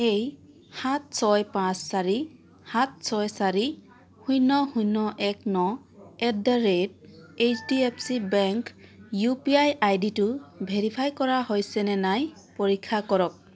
এই সাত ছয় পাঁচ চাৰি সাত ছয় চাৰি শূন্য শূন্য এক ন at the rate HDFC bank U P I আইডিটো ভেৰিফাই কৰা হৈছেনে নাই পৰীক্ষা কৰক